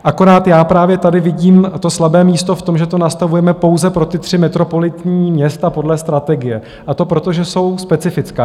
Akorát já právě tady vidím slabé místo v tom, že to nastavujeme pouze pro ta tři metropolitní města podle strategie, a to proto, že jsou specifická.